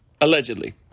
allegedly